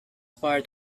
part